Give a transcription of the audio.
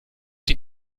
die